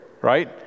right